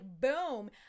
boom